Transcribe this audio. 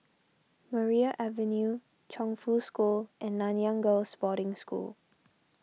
Maria Avenue Chongfu School and Nanyang Girls' Boarding School